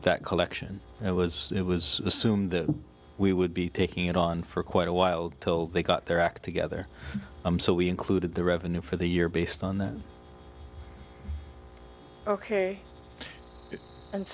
that collection it was it was assumed that we would be taking it on for quite a while till they got their act together i'm so we included the revenue for the year based on that ok and